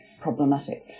problematic